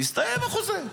הסתיים החוזה.